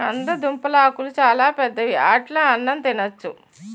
కందదుంపలాకులు చాలా పెద్దవి ఆటిలో అన్నం తినొచ్చు